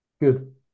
good